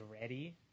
ready